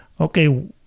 okay